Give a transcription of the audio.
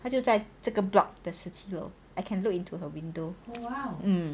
他就在这个 block the 十七楼 I can look into her window hmm